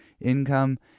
income